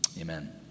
amen